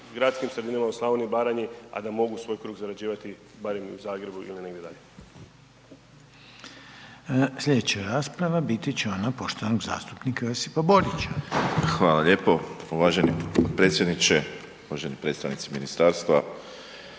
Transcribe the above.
gradskim sredinama u Slavoniji i Baranji, a da mogu svoj kruh zarađivati barem i u Zagrebu ili negdje dalje. **Reiner, Željko (HDZ)** Slijedeća rasprava biti će ona poštovanog zastupnika Josipa Borića. **Borić, Josip (HDZ)** Hvala lijepo uvaženi potpredsjedniče, uvaženi predstavnici ministarstva,